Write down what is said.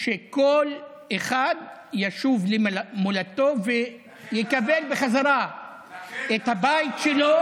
שכל אחד ישוב למולדתו ויקבל בחזרה את הבית שלו.